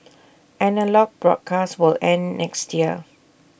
analogue broadcasts will end next year